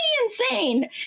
insane